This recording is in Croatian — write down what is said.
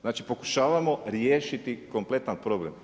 Znači pokušavamo riješiti kompletan problem.